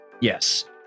Yes